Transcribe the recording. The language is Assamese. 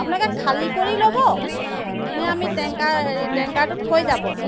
আপোনোকে খালী কৰি ল'ব নে আমি টেংকাৰ হেৰি টেংকাৰটো থৈ যাব